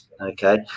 okay